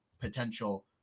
potential